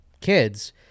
kids